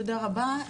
תודה רבה.